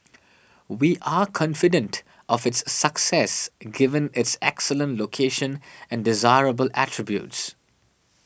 we are confident of its success given its excellent location and desirable attributes